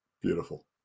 Beautiful